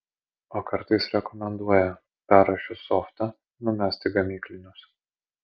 o kartais rekomenduoja perrašius softą numest į gamyklinius